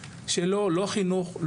חינוך,